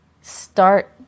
start